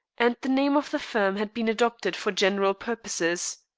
and the name of the firm had been adopted for general purposes.